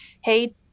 hey